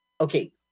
Okay